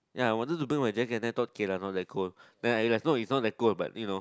ya I wanted to bring my jacket then I thought okay lah not that cold then I know is not that cold but you know